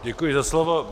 Děkuji za slovo.